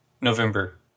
November